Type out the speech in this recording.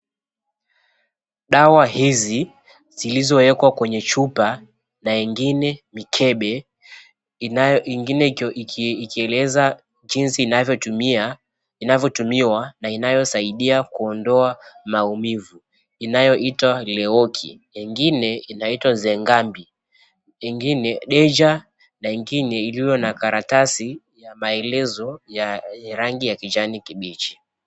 Dawa hizi zilizowekwa kwenye chupa na ingine mikebe ingine ikieleza jinsi inavyotumiwa na inayosaidia kuondoa maumivu inayoitwa LEOKI, ingine inaitwa NZENGAMBI, ingine DEJA na ingine ilio na karatasi ya maelezo ya rangi ya kijani kibichi.